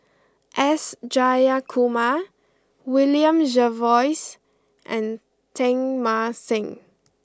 S Jayakumar William Jervois and Teng Mah Seng